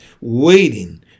waiting